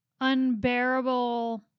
unbearable